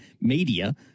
media